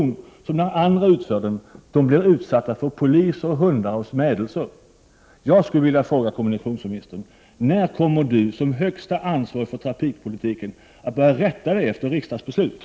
När andra utför en sådan aktion blir de utsatta för poliser, hundar och smädelser.